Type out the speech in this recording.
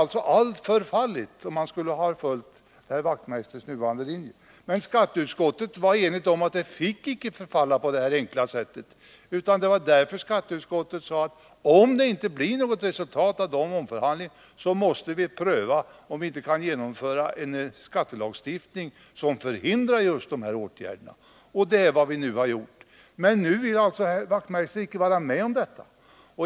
Allt skulle ha förfallit, ifall man skulle ha följt herr Wachtmeisters nuvarande linje. Men skatteutskottet var enigt om att frågan icke fick förfalla på det här enkla sättet. Det var därför skatteutskottet sade att om det inte blir något resultat av omförhandlingen måste vi pröva om vi kan genomföra en skattelagstiftning som förhindrar just de här effekterna. Det är vad vi nu har gjort. Men nu vill alltså herr Wachtmeister icke vara med om detta.